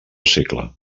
segle